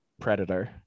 predator